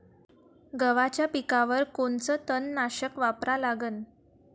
गव्हाच्या पिकावर कोनचं तननाशक वापरा लागन?